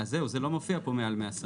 אז זהו, זה לא מופיע פה עד 100 סמ"ר.